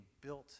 built